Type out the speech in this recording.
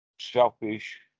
selfish